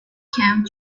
camp